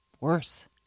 worse